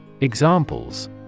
Examples